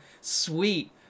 sweet